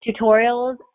tutorials